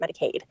Medicaid